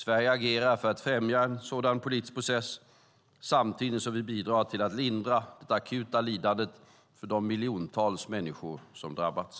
Sverige agerar för att främja en sådan politisk process samtidigt som vi bidrar till att lindra det akuta lidandet för de miljontals människor som drabbats.